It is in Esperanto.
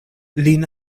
lin